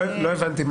לא הבנתי.